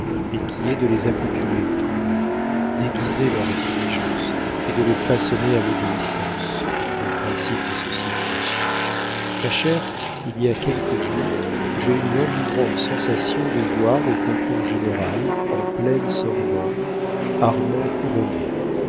et qui est de les accoutumer au travail d'aiguiser leur intelligence et de les façonner à l'obéissance le principe des sociétés ma chère il y a quelques jours j'ai eu l'enivrante sensation de voir au concours général en pleine sorbonne armand couronné